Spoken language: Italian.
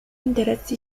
interessi